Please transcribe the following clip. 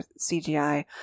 CGI